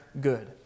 good